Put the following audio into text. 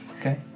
Okay